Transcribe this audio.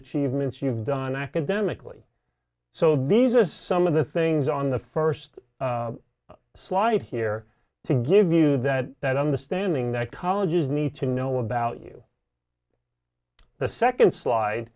achievements you've done academically so these is some of the things on the first slide here to give you that that understanding that colleges need to know about you the second slide